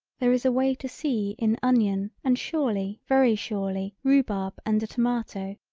there is a way to see in onion and surely very surely rhubarb and a tomato,